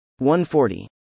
140